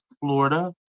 Florida